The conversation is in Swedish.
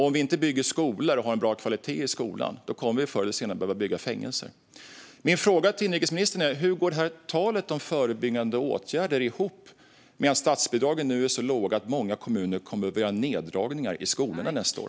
Om vi inte bygger skolor och har en bra kvalitet i skolan är det klart att vi förr eller senare kommer att behöva bygga fängelser. Min fråga till inrikesministern är: Hur går talet om förebyggande åtgärder ihop med att statsbidragen nu är så låga att många kommuner kommer att behöva göra neddragningar i skolorna nästa år?